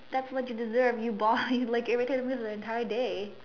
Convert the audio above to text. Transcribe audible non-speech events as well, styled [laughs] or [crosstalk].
that's what you deserve you boy [laughs] you like irritate me the entire day